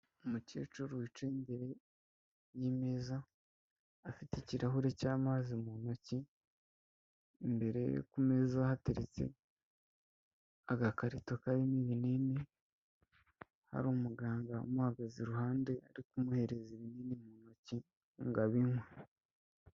Umukecuru wicaye imbere y'imeza afite ikirahuri cy'amazi mu ntoki imbere ye kumeza hateretse agakarito karirimo ibinini hari umuganga umuhagaze i ruhande ari kumuhereza ibinini mu ntoki ngo abinywe.